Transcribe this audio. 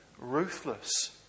ruthless